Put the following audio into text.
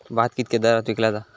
भात कित्क्या दरात विकला जा?